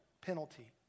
penalty